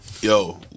Yo